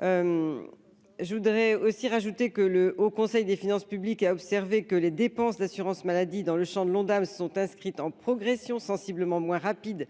je voudrais aussi rajouter que le Haut Conseil des finances publiques, a observé que les dépenses d'assurance-maladie dans le Champ de l'Ondam, se sont inscrites en progression sensiblement moins rapide